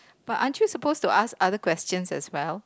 but aren't you suppose to ask other questions as well